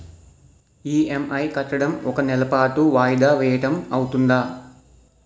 EMI కట్టడం ఒక నెల పాటు వాయిదా వేయటం అవ్తుందా?